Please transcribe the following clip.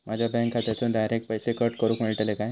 माझ्या बँक खात्यासून डायरेक्ट पैसे कट करूक मेलतले काय?